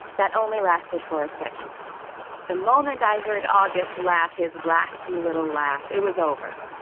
that only lasted for a second the moment i heard august laugh his raspy little laugh, it was over.